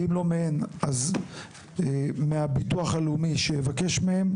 ואם לא מהן, אז מהביטוח הלאומי שיבקש מהן.